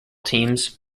teams